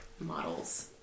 models